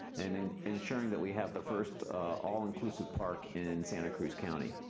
and and ensuring that we have the first all-inclusive park in santa cruz county.